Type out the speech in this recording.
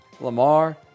Lamar